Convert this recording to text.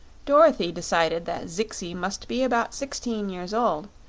dorothy decided that zixi must be about sixteen years old,